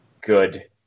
good